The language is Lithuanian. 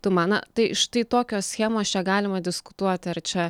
tuma na tai štai tokios schemos čia galima diskutuoti ar čia